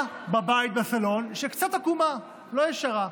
תמונה בבית, בסלון, שקצת עקומה, לא ישרה.